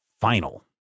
final